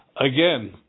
again